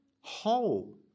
whole